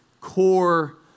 core